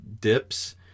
dips